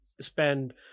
spend